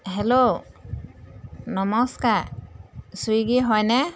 hello নমস্কাৰ Swiggy হয়নে